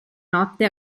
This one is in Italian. notte